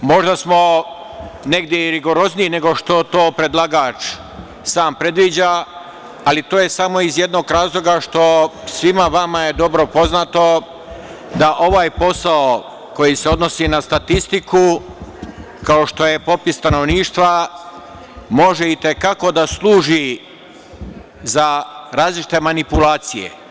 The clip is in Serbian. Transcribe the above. Možda smo negde i rigorozniji nego što to predlagač sam predviđa, ali to je samo iz jednog razloga, što je svima vama dobro poznato, da ovaj posao koji se odnosi na statistiku, kao što je popis stanovništva, može i te kako da služi za različite manipulacije.